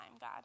God